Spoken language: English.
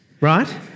right